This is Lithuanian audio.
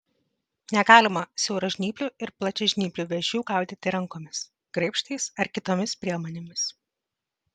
negalima siauražnyplių ir plačiažnyplių vėžių gaudyti rankomis graibštais ar kitomis priemonėmis